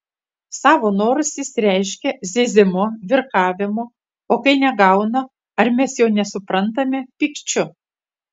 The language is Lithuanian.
savo norus jis reiškia zyzimu virkavimu o kai negauna ar mes jo nesuprantame pykčiu